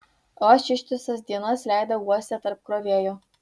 o aš ištisas dienas leidau uoste tarp krovėjų